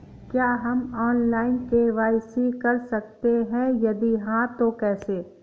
क्या हम online K Y C कर सकते हैं यदि हाँ तो कैसे?